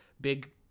big